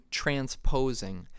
transposing